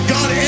God